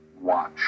watch